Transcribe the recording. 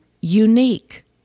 unique